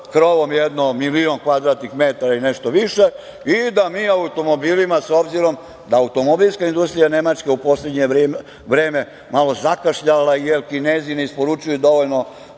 krovom jedno milion kvadratnih metara i nešto više i da mi automobilima, s obzirom da automobilska industrija Nemačke u poslednje vreme malo zakašljala, jer Kinezi ne isporučuju dovoljno